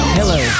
Hello